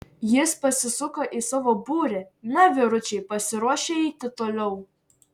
jis pasisuko į savo būrį na vyručiai pasiruošę eiti toliau